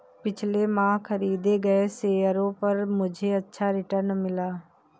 पिछले माह खरीदे गए शेयरों पर मुझे अच्छा रिटर्न मिला